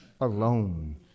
alone